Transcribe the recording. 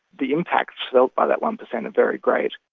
the impacts felt by that one percent are very great.